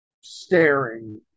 staring